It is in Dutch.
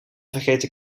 vergeten